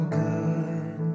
good